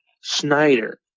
Schneider